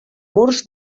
murs